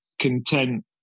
content